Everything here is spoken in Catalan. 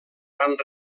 van